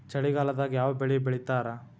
ಚಳಿಗಾಲದಾಗ್ ಯಾವ್ ಬೆಳಿ ಬೆಳಿತಾರ?